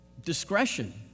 Discretion